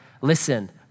listen